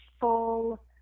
full